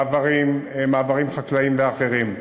מעברים חקלאיים ואחרים.